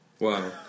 Wow